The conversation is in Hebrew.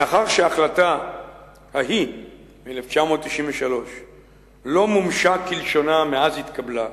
מאחר שההחלטה ההיא מ-1993 לא מומשה כלשונה מאז התקבלה,